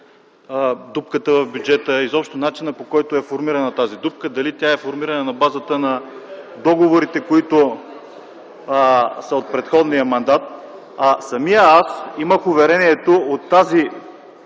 дупката в бюджета и изобщо начина, по който е формирана тази дупка – дали тя е формирана на базата на договорите, които са от предходния мандат. Самият аз имах уверението на